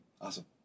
Awesome